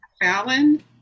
Fallon